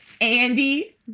Andy